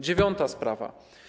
Dziewiąta sprawa.